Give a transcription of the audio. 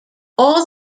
all